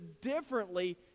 differently